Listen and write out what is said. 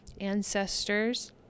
Ancestors